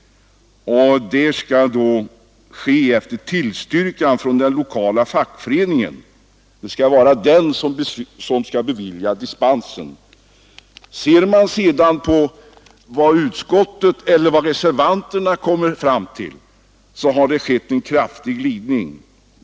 Det skall då ske efter tillstyrkan från den lokala fackföreningen; det skall vara den som beviljar dispens. Ser man sedan på vad reservanterna kommer fram till finner man att det har skett en kraftig glidning.